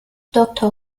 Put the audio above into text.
doktor